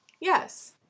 Yes